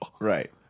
right